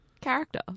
Character